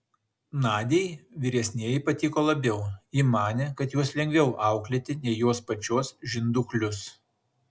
nadiai vyresnieji patiko labiau ji manė kad juos lengviau auklėti nei jos pačios žinduklius